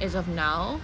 as of now